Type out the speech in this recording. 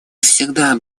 всегда